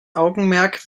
augenmerk